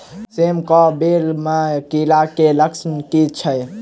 सेम कऽ बेल म कीड़ा केँ लक्षण की छै?